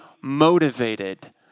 motivated